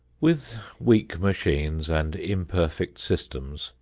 with weak machines and imperfect systems,